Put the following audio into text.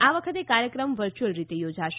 આ વખતે કાર્યક્રમ વર્ચ્યુઅલ રીતે યોજાશે